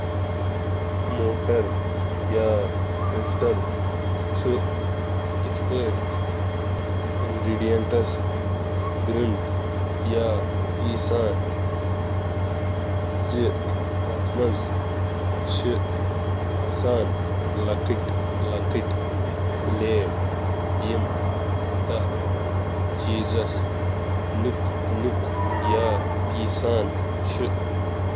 زٔمیٖن آسنُک مادٕ، یُس اوٚدُر یا خۄشٕک ہیٚکہِ ٲسِتھ، چُھ مارٹرس منٛز تھاونہٕ یوان ییٚتہِ موصل چُھ تتھ مادس منٛز ترٛاونہٕ یوان، دباونہٕ یوان یا اتھ مادس منٛز گردش کرنہٕ یوان یوٚتتھ تام مطلوبہ بناوٹ حٲصل ییہٕ کرنہٕ۔